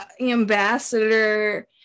ambassador